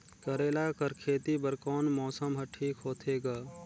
करेला कर खेती बर कोन मौसम हर ठीक होथे ग?